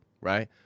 right